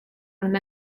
una